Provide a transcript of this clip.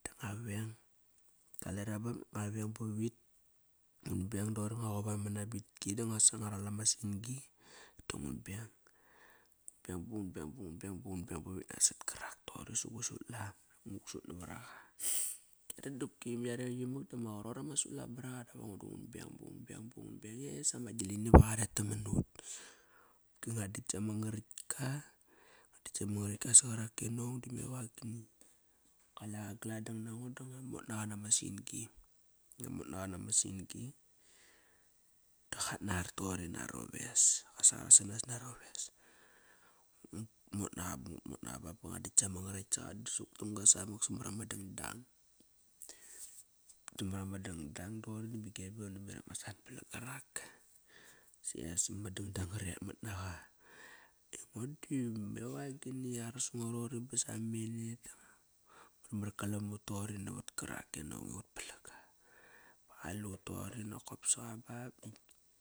Da ngua veng. Kare bekt nakt ngua veng ba vit. Ngut beng doqori, Ngua qop ama nabitki da ngua sangar, da ngua ral ama sin-gi da ngun beng. ngun beng, bang ngun beng ba ngun beng ba ngun beng bavit nasot karak toqori sa gu sut lam. Nguk sut navar aqa. Dangdap dopki me are imak dama qarot ama sutlam baraqa dap aingo du ngun beng, ba ngun beng ba ngun beng. E sama gilini va qaret haman nut. Qopki ngua dakt sama ngaratka Ngu dakt sama ngaretka saqarak e nong dame vagini. Kaleqa galadang nango da ngua mot naqa, ba ngut mot naqa ba ba ngua dakt sama ngarkt saqa da suktamga samak samar ama dangdang. Samar ama dang dang doqori da me Gebbi qana me Eremas an balang karak. Sias ma dang dang ngaret mat naqa. Aingo di meva gini. Arsa ngo roqori ba samamena da ngua, mar kalan mut toqori navat karak e nong i ut palang ga. Ba qalut toqori nokop sa ba.